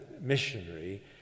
missionary